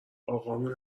اقامون